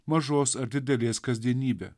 mažos ar didelės kasdienybė